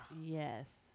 yes